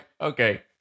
okay